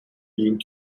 being